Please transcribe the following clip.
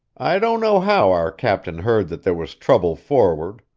i don't know how our captain heard that there was trouble forward.